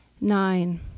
Nine